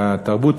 והתרבות